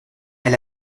elle